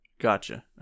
Gotcha